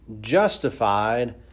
justified